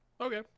Okay